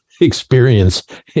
experience